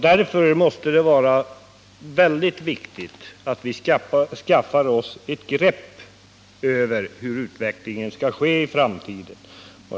Därför måste det vara väldigt viktigt att vi får ett grepp över utvecklingen i framtiden.